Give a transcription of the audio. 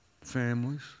families